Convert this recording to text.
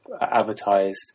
advertised